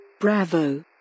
Bravo